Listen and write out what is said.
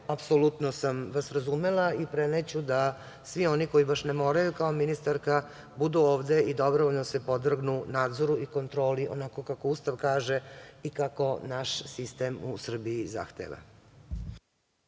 apsolutno sam vas razumela i preneću da svi oni koji baš ne moraju kao ministarka budu ovde i dobrovoljno se podvrgnu nadzoru i kontroli onako kako Ustav kaže i kako naš sistem u Srbiji zahteva.